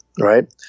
right